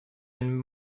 and